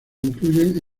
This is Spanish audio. incluyen